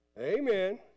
Amen